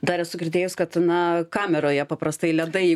dar esu girdėjęs kad na kameroje paprastai ledai